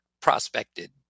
prospected